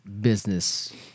business